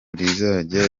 rizajya